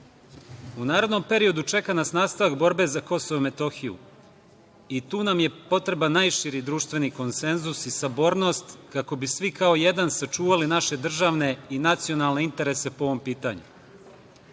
narednom periodu čeka nas nastavak borbe za Kosovo i Metohiju i tu nam je potreban najširi društveni konsenzus i sabornost, kako bi svi kao jedan sačuvali naše državne i nacionalne interese po ovom pitanju.